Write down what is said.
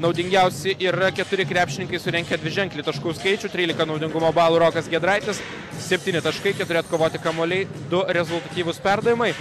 naudingiausi yra keturi krepšininkai surinkę dviženklį taškų skaičių tryliką naudingumo balų rokas giedraitis septyni taškai keturi atkovoti kamuoliai du rezultatyvūs perdavimai